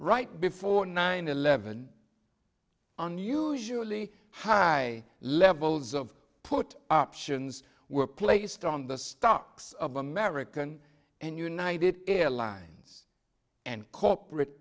right before nine eleven unusually high levels of put options were placed on the stocks of american and united airlines and corporate